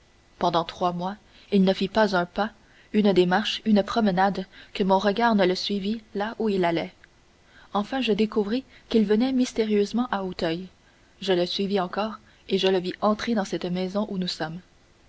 pendant trois mois il ne fit pas un pas une démarche une promenade que mon regard ne le suivît là où il allait enfin je découvris qu'il venait mystérieusement à auteuil je le suivis encore et je le vis entrer dans cette maison où nous sommes